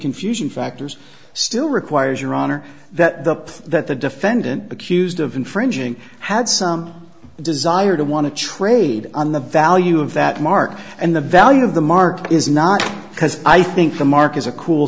confusion factors still requires your honor that the that the defendant accused of infringing had some desire to want to trade on the value of that mark and the value of the mark is not because i think the mark is a cool